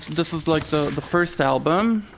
this is like the the first album.